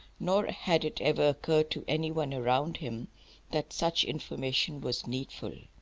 nor had it ever occurred to any one around him that such information was needful.